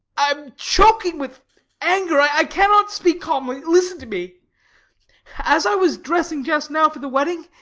i am choking with anger i cannot speak calmly. listen to me as i was dressing just now for the wedding,